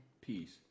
Peace